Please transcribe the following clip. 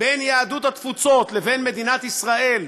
בין יהדות התפוצות לבין מדינת ישראל,